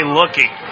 looking